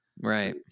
Right